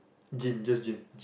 gym just gym